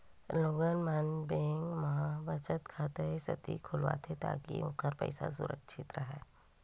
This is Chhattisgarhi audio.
लोगन मन बेंक म बचत खाता ए सेती खोलवाथे ताकि ओखर पइसा सुरक्छित राहय